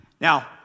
Now